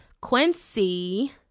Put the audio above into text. Quincy